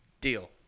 Deal